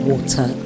Water